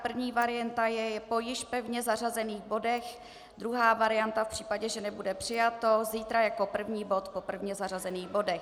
První varianta je po již pevně zařazených bodech, druhá varianta v případě, že nebude přijato, zítra jako první bod po pevně zařazených bodech.